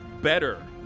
better